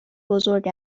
بزرگ